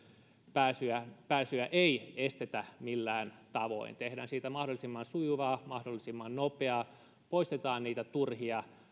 pääsyä pääsyä ei estetä millään tavoin vaan tehdään siitä mahdollisimman sujuvaa mahdollisimman nopeaa poistetaan niitä turhia